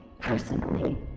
personally